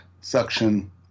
suction